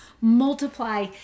multiply